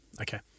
Okay